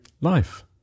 life